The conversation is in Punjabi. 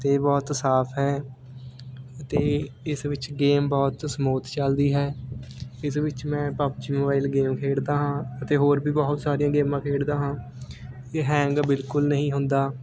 ਅਤੇ ਬਹੁਤ ਸਾਫ ਹੈ ਅਤੇ ਇਸ ਵਿੱਚ ਗੇਮ ਬਹੁਤ ਸਮੂਥ ਚੱਲਦੀ ਹੈ ਇਸ ਵਿੱਚ ਮੈਂ ਪਬਜੀ ਮੋਬਾਈਲ ਗੇਮ ਖੇਡਦਾ ਹਾਂ ਅਤੇ ਹੋਰ ਵੀ ਬਹੁਤ ਸਾਰੀਆਂ ਗੇਮਾਂ ਖੇਡਦਾ ਹਾਂ ਇਹ ਹੈਂਗ ਬਿਲਕੁਲ ਨਹੀਂ ਹੁੰਦਾ